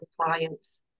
clients